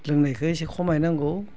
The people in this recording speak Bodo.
लोंनायखौ इसे खमायनांगौ